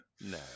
no